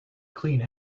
clean